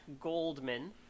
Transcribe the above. Goldman